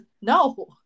No